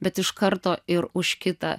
bet iš karto ir už kitą